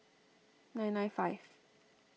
nine nine five